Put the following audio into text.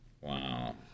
wow